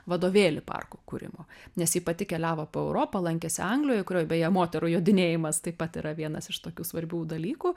vadovėlį parkų kūrimo nes ji pati keliavo po europą lankėsi anglijoj kurioj beje moterų jodinėjimas taip pat yra vienas iš tokių svarbių dalykų